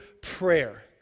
prayer